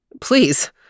Please